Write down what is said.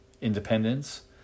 independence